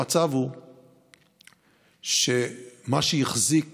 המצב הוא שמה שהחזיק